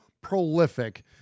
prolific